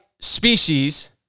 Species